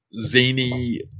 zany